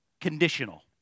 Conditional